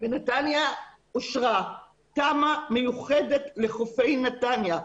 בנתניה אושרה תמ"א מיוחדת לחופי נתניה.